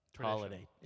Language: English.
holiday